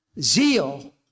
Zeal